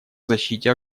защите